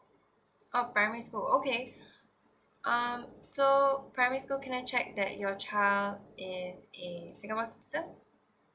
oh primary school okay um so primary school can I check that your child is a singapore citizen